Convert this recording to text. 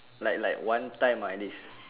like like one time ah at least